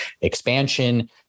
expansion